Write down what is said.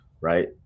Right